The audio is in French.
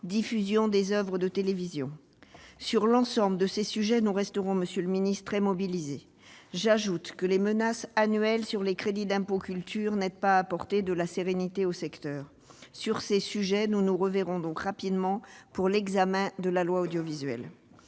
diffusion des oeuvres à la télévision. Sur l'ensemble de ces sujets, nous resterons, monsieur le ministre, très mobilisés. J'ajoute que les menaces annuelles sur les crédits d'impôt « culture » n'aident pas à apporter de la sérénité au secteur. Sur ces questions, nous nous reverrons rapidement pour l'examen du projet de loi sur l'audiovisuel.